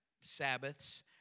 Sabbaths